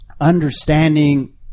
understanding